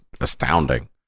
astounding